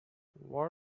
what